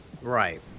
Right